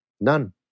None